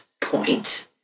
point